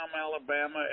Alabama